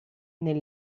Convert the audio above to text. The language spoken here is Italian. nel